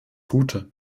gute